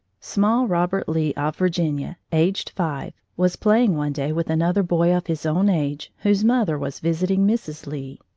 small robert lee, of virginia, aged five, was playing one day with another boy of his own age, whose mother was visiting mrs. lee.